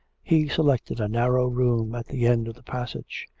he selected a narrow room at the end of the passage.